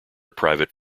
private